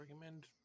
recommend